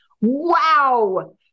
Wow